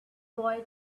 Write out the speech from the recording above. boy